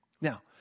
Now